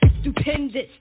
Stupendous